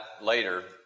later